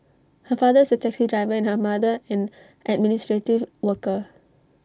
her father is A taxi driver and her mother an administrative worker